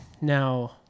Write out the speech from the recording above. Now